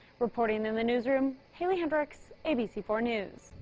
reporting in the newsroom, hailey hendricks, a b c four news.